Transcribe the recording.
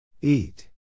Eat